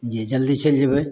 जे जल्दी चलि जेबै